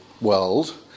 world